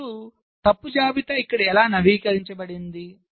ఇప్పుడు తప్పు జాబితా ఇక్కడ ఎలా నవీకరించబడింది